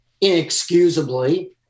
inexcusably